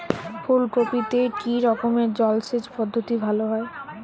ফুলকপিতে কি রকমের জলসেচ পদ্ধতি ভালো হয়?